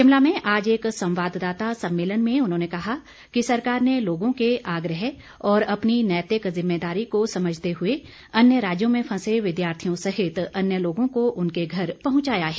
शिमला में आज एक संवाददाता सम्मेलन में उन्होंने कहा कि सरकार ने लोगो के आग्रह और अपनी नैतिक जिम्मेदारी को समझते हुए अन्य राज्यों में फंसे विद्यार्थियों सहित अन्य लोगों को उनके घर पहंचाया है